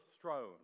throne